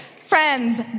friends